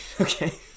okay